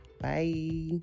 Bye